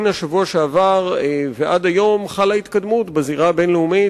מן השבוע שעבר ועד היום חלה התקדמות בזירה הבין-לאומית.